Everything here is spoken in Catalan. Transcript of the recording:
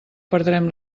perdrem